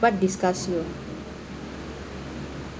what disgusts you